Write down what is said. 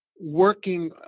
working